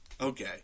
okay